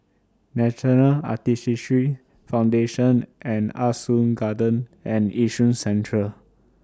National Arthritis Foundation Ah Soo Garden and Yishun Central